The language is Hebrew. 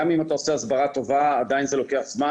גם אם אתה עושה הסברה טובה עדיין זה לוקח זמן,